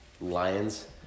Lions